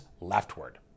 leftward